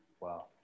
wow